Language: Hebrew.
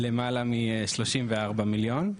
למעלה מ- 34 מיליון.